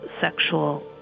sexual